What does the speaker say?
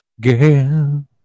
Girl